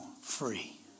free